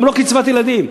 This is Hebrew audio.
גם לא קצבת ילדים.